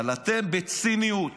אבל אתם בציניות